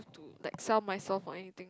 to like sell myself or anything